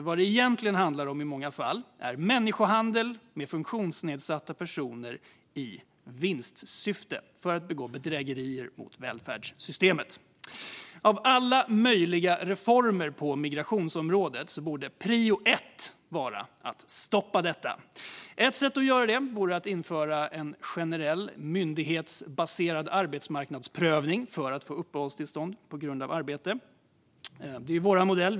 Vad det egentligen i många fall handlar om är människohandel med funktionsnedsatta personer i vinstsyfte för att begå bedrägerier mot välfärdssystemet. Av alla möjliga reformer på migrationsområdet borde prio ett vara att stoppa detta. Ett sätt vore att införa en generell myndighetsbaserad arbetsmarknadsprövning för att få uppehållstillstånd på grund av arbete. Det är vår modell.